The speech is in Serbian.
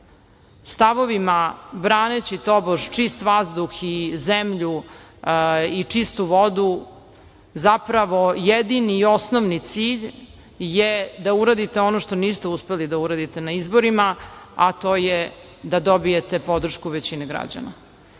stavovima braneći tobož čist vazduh i zemlju i čistu vodu zapravo jedini i osnovni cilj je da uradite ono što niste uspeli da uradite na izborima, a to je da dobijete podršku većine građana. Zato